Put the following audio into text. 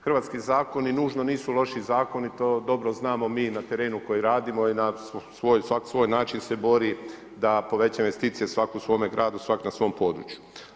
Hrvatski zakoni nužno nisu loši zakoni, to dobro znamo mi na terenu koji radimo i svak' na svoj način se bori da poveća investicije svak' u svome gradu, svak' na svom području.